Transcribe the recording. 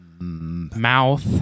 Mouth